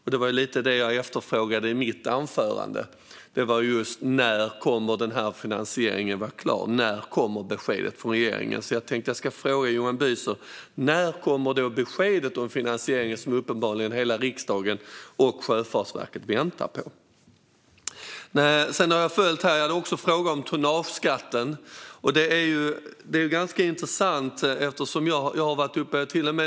Lite av det jag efterfrågade i mitt anförande var just när finansieringen kommer att vara klar. När kommer beskedet från regeringen, Johan Büser? När kommer beskedet om finansieringen som uppenbarligen hela riksdagen och Sjöfartsverket väntar på? Jag har också en fråga om tonnageskatten, som jag har följt här. Det är ganska intressant.